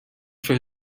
for